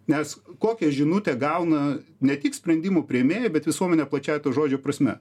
nes kokią žinutę gauna ne tik sprendimų priėmėjai bet visuomenė plačiąja to žodžio prasme